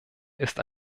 ist